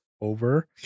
over